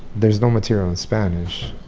there's no material in spanish.